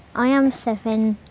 i am seven.